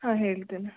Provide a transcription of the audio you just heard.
ಹಾಂ ಹೇಳ್ತೇನೆ